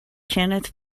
kenneth